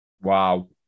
Wow